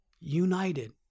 united